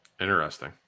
Interesting